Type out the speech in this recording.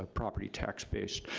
ah property tax based.